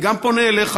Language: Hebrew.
אני גם פונה אליך,